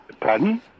Pardon